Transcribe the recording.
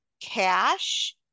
cash